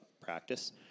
practice